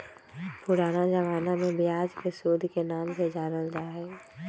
पुराना जमाना में ब्याज के सूद के नाम से जानल जा हलय